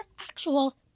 actual